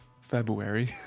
February